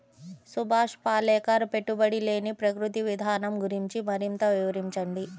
సుభాష్ పాలేకర్ పెట్టుబడి లేని ప్రకృతి విధానం గురించి మరింత వివరించండి